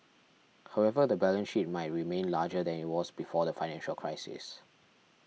however the balance sheet might remain larger than it was before the financial crisises